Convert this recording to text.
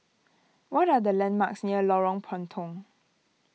what are the landmarks near Lorong Puntong